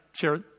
share